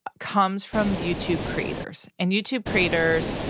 comes from youtube creators. and youtube creators,